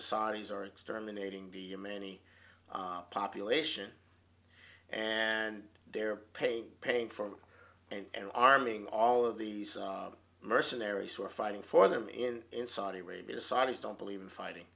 the saudis are exterminating be a many population and they're paying paying for and arming all of these mercenaries who are fighting for them in in saudi arabia saudis don't believe in fighting